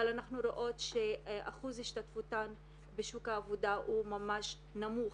אבל אנחנו רואות שאחוז השתתפותן בשוק העבודה הוא ממש נמוך,